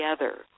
together